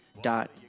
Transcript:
dot